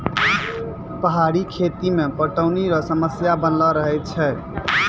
पहाड़ी खेती मे पटौनी रो समस्या बनलो रहै छै